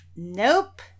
Nope